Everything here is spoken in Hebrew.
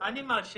זה אין לתאר.